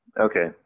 Okay